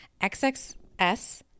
XXS